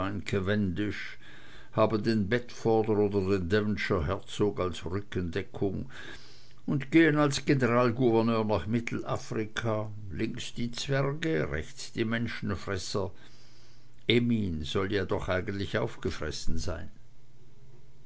haben den bedforder oder den devonshire herzog als rückendeckung und gehen als generalgouverneur nach mittelafrika links die zwerge rechts die menschenfresser emin soll ja doch eigentlich aufgefressen sein